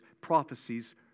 prophecies